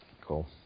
Cool